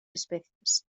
especies